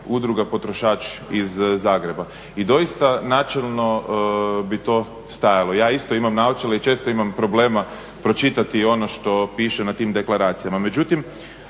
Udruga Potrošač iz Zagreba i doista načelno bi to stajalo. Ja isto imam naočale i često imam problema pročitati ono što piše na tim deklaracijama,